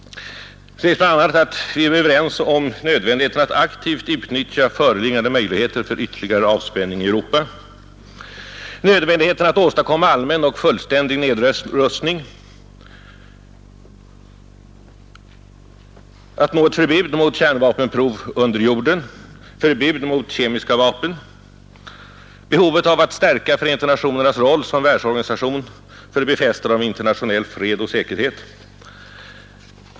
Vi är bla. överens om nödvändigheten av att aktivt utnyttja föreliggande möjligheter för ytterligare avspänning i Europa, att åstadkomma allmän och fullständig nedrustning, att uppnå förbud mot kärnvapenprov under jorden och mot kemiska vapen, att stärka Förenta nationernas roll som världsorganisation för upprätthållande av internationell fred och säkerhet.